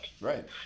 right